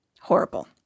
horrible